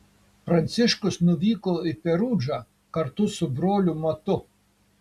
pranciškus nuvyko į perudžą kartu su broliu matu